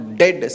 dead